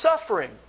suffering